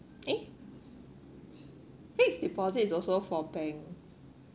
eh fixed deposit is also for bank